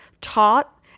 taught